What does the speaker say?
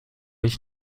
ich